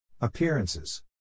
appearances